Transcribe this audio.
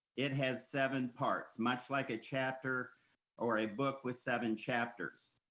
it has seven parts much like a chapter or a book with seven chapters.